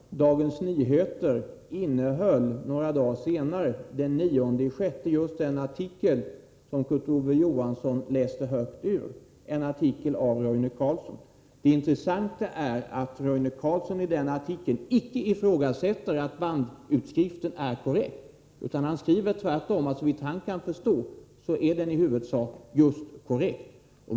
Herr talman! Jag är rädd att vi inte kan göra det. Dagens Nyheter innehöll den 9 juni, några dagar efter publiceringen av utskriften, just den artikel som Kurt Ove Johansson har läst högt ur, en artikel av Roine Carlsson. Det är intressant att Roine Carlsson i den artikeln icke ifrågasätter att bandutskriften är korrekt, utan tvärtom skriver att den såvitt han kan förstå i huvudsak är korrekt.